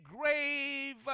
grave